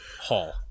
Hall